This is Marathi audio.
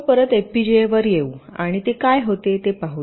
आपण परत एफपीजीए वर येऊ आणि ते काय होते ते पाहू